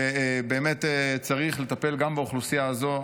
ובאמת צריך לטפל גם באוכלוסייה הזו.